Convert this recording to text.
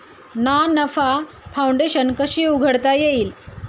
ना नफा फाउंडेशन कशी उघडता येईल?